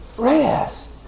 rest